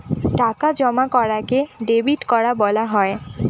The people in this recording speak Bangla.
টাকা জমা করাকে ডেবিট করা বলা হয়